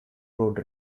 road